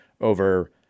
over –